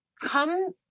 come